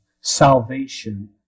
salvation